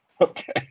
Okay